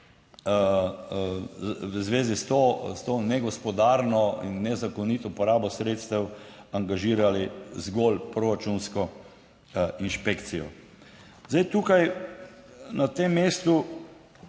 v zvezi s to negospodarno in nezakonito porabo sredstev angažirali zgolj proračunsko inšpekcijo. Zdaj tukaj na tem mestu